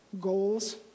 goals